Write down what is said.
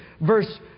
verse